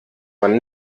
man